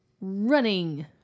Running